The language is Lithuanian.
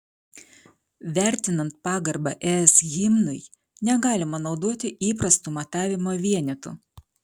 vertinant pagarbą es himnui negalima naudoti įprastų matavimo vienetų